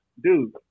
dude